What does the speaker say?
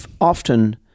often